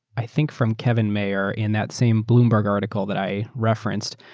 i think from kevin mayer in that same bloomberg article that i referenced,